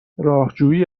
راهجویی